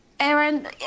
Aaron